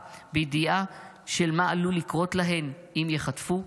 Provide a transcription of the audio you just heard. בידיעה של מה עלול לקרות להן אם ייחטפו?